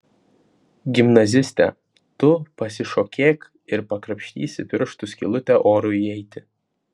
gimnaziste tu pasišokėk ir prakrapštysi pirštu skylutę orui įeiti